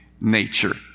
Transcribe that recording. nature